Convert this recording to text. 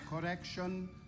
Correction